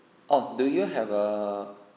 oh do you have a